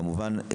כמובן,